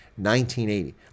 1980